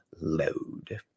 load